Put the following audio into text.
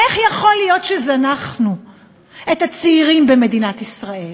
איך יכול להיות שזנחנו את הצעירים במדינת ישראל,